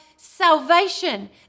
salvation